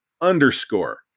underscore